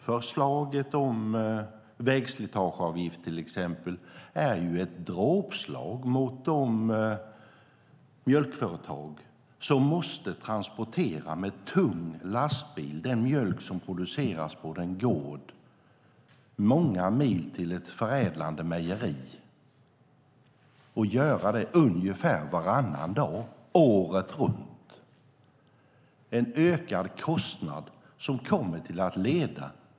Förslaget om vägslitageavgift, till exempel, är ett dråpslag mot de mjölkföretag som med tung lastbil måste transportera den mjölk som produceras på gårdar med många mil till ett förädlande mejeri ungefär varannan dag året runt.